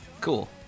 Cool